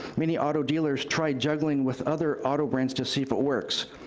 many auto dealers try juggling with other auto brands to see if it works,